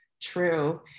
true